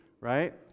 Right